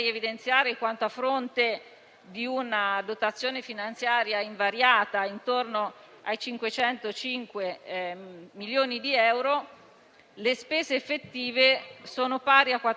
le spese effettive sono pari a 486,342 milioni di euro, in leggera diminuzione rispetto al dato del 2018.